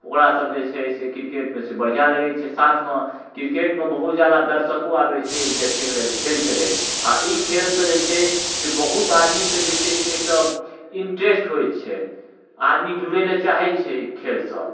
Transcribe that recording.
ओकरासब जे छै क्रिकेटमे बढ़िआँ लगैत छै साथमे क्रिकेटमे बहुत जादा दर्शको आबैत छै देखैके लेल खेलके लेल आ ई खेलसँ जे छै से बहुत आदमीके जे छै से एहिसँ ईन्ट्रेस्ट होइत छै आदमी जुड़ैले चाहैत छै एहि खेलसँ